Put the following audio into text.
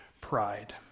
pride